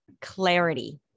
clarity